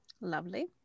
Lovely